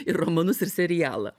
ir romanus ir serialą